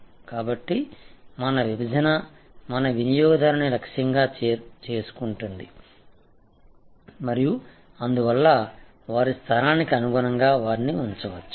కాబట్టి మన విభజన మన వినియోగదారుని లక్ష్యంగా చేసుకుంటుంది మరియు అందువల్ల వారి స్థానానికి అనుగుణంగా వారిని ఉంచవచ్చు